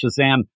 Shazam